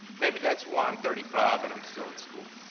maybe that's why i'm thirty-five and i'm still in school.